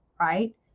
right